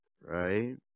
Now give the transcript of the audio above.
right